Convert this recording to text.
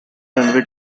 runway